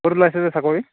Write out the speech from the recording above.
ক'ত ওলাইছিলে চাকৰি